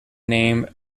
name